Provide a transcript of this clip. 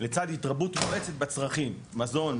לצד התרבות מואצת בצרכים מזון,